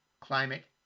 climate